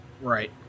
right